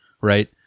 right